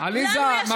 עליזה, עליזה.